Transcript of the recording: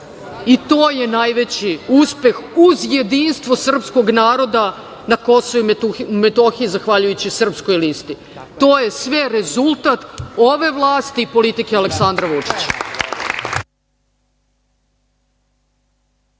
I to je najveći uspeh, uz jedinstvo srpskog naroda na Kosovu i Metohiji zahvaljujući Srpskoj listi. To je sve rezultat ove vlasti i politike Aleksandra Vučića.